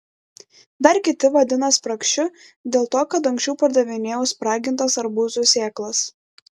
dar kiti vadina spragšiu dėl to kad anksčiau pardavinėjau spragintas arbūzų sėklas